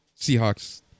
seahawks